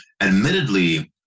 admittedly